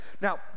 Now